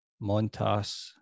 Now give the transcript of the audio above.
Montas